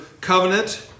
covenant